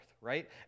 right